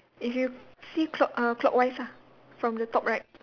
if you see clock uh clockwise ah from the top right